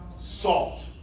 Salt